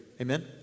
Amen